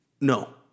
no